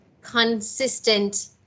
consistent